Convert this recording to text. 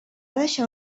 deixar